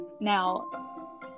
Now